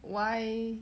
why